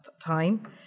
time